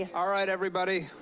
yeah all right everybody.